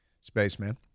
Spaceman